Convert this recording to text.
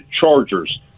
Chargers